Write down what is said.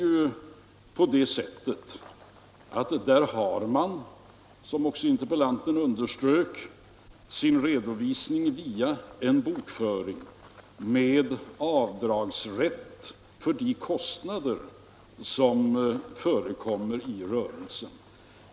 I ett företag har man, såsom också interpellanterna underströk, sin redovisning via en bokföring med avdragsrätt för de kostnader som förekommer i rörelsen.